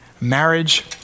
marriage